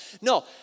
No